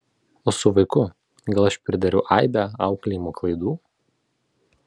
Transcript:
o su vaiku gal aš pridariau aibę auklėjimo klaidų